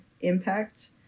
impact